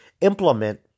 implement